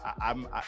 I'm-